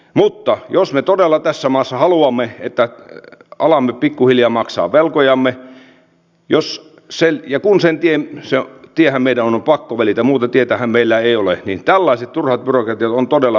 mutta jos me todella tässä maassa haluamme että alamme pikkuhiljaa maksaa velkojamme ja se tiehän meidän on pakko käydä muuta tietähän meillä ei ole niin tällaiset turhat byrokratiat on todella purettava